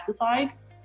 pesticides